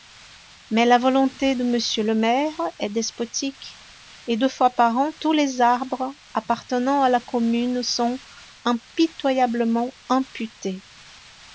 mais la volonté de m le maire est despotique et deux fois par an tous les arbres appartenant à la commune sont impitoyablement amputés